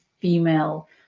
female